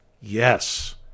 Yes